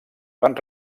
van